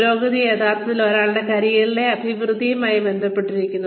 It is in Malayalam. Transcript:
പുരോഗതി യഥാർത്ഥത്തിൽ ഒരാളുടെ കരിയറിലെ അഭിവൃദ്ധിയുമായി ബന്ധപ്പെട്ടിരിക്കുന്നു